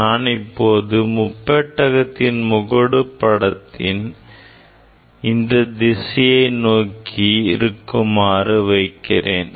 நான் இப்போது முப்பெட்டகத்தின் முகடு படத்தின் இந்தத் திசையை நோக்கி இருக்குமாறு வைக்கிறேன்